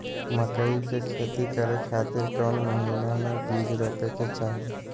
मकई के खेती करें खातिर कौन महीना में बीज रोपे के चाही?